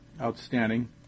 outstanding